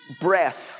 breath